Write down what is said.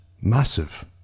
Massive